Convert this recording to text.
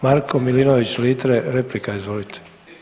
Marko Milinović Litre, replika izvolite.